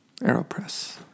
Aeropress